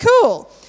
cool